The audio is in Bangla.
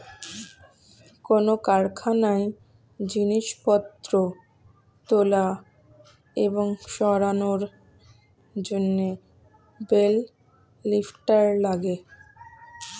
কোন কারখানায় জিনিসপত্র তোলা এবং সরানোর জন্যে বেল লিফ্টার লাগে